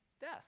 death